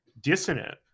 dissonant